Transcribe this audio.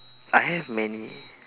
I have many